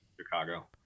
Chicago